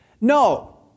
no